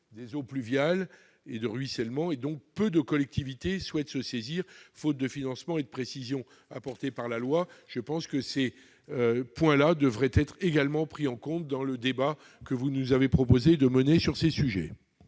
des eaux pluviales et de ruissellement dont peu de collectivités souhaitent se saisir, faute de financement et de précisions apportées par la loi. Ces différents points devraient également être pris en compte dans le débat que vous nous avez proposé sur ces sujets.